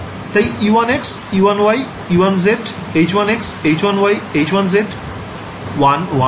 তাই e1x e1y e1z h1x h1y h1z 1 1 s2 1 1 s2